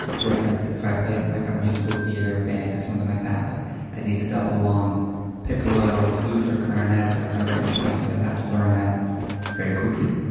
different if i played in like a musical theater or band, or something like that, like i need to double on piccolo or flute or clarinet or another instrument so i'd have to learn that fairly quickly.